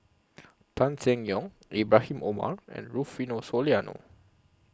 Tan Seng Yong Ibrahim Omar and Rufino Soliano